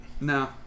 No